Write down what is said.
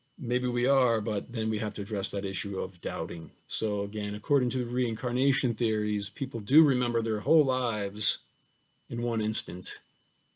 maybe we are but then we have to address that issues of doubting so again, according to reincarnation theory, people do remember their whole lives in one instant